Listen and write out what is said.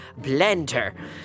blender